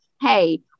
hey